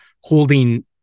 holding